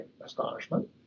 astonishment